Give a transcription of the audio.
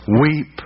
Weep